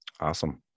Awesome